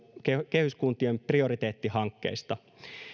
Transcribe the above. kehyskuntien prioriteettihankkeista